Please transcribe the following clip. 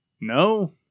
No